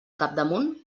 capdamunt